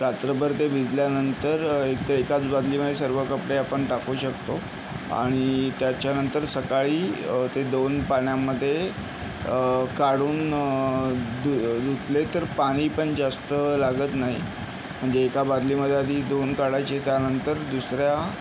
रात्रभर ते भिजल्यानंतर एक ते एकाच बादलीमध्ये सर्व कपडे आपण टाकू शकतो आणि त्याच्यानंतर सकाळी ते धुवून पाण्यामध्ये काढून धु धुतले तर पाणी पण जास्त लागत नाही म्हणजे एका बादलीमध्ये आधी धुवून काढायचे त्यानंतर दुसऱ्या